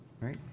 right